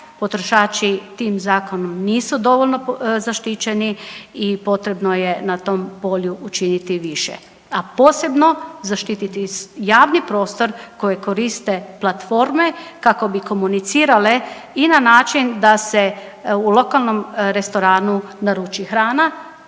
Potrošači tim zakonom nisu dovoljno zaštićeni i potrebno je na tom polju učiniti više, a posebno zaštiti javni prostor koji koriste platforme kako bi komunicirale i na način da se u lokalnom restoranu naruči hrana,